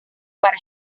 para